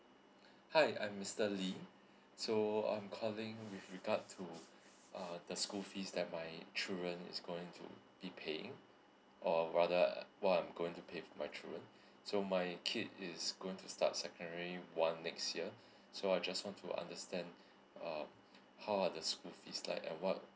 mm hi I'm mister lee so I'm calling with regard to uh the school fees that my children is going to be paying or rather what I'm going to pay for my children so my kid is going to start secondary one next year so I just want to understand um how are the school fees like and what